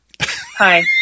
hi